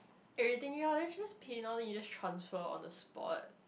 everything ya then just pay now then you just transfer on the spot